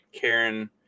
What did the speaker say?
Karen